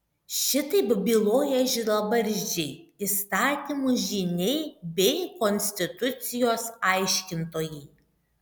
šitaip byloja žilabarzdžiai įstatymų žyniai bei konstitucijos aiškintojai